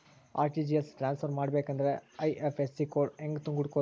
RTGS transfer ಮಾಡಬೇಕೆಂದರೆ IFSC code ಹೆಂಗ್ ಹುಡುಕೋದ್ರಿ?